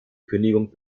kündigung